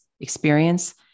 experience